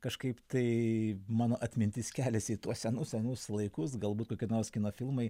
kažkaip tai mano atmintis keliasi į tuos senus senus laikus galbūt kokie nors kino filmai